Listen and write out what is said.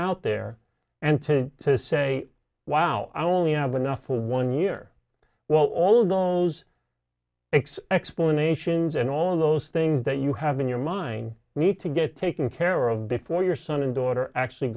out there and to to say wow i only have enough for one year well all goes x explanations and all of those things that you have in your mind need to get taken care of before your son and daughter actually